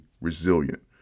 resilient